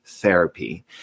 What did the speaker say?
Therapy